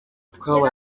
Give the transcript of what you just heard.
twabaye